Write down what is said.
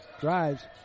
Drives